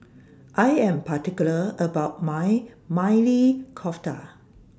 I Am particular about My Maili Kofta